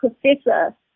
professor